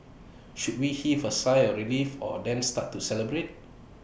should we heave A sigh of relief or then start to celebrate